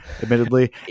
admittedly